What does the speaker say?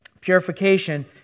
purification